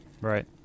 Right